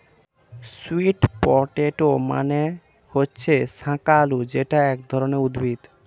sweet potato মানে হচ্ছে শাকালু যেটা এক ধরনের উদ্ভিদ